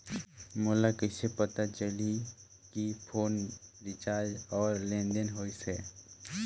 मोला कइसे पता चलही की फोन रिचार्ज और लेनदेन होइस हे?